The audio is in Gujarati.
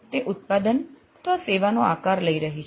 તે ઉત્પાદન અથવા સેવા નો આકાર લઇ રહી છે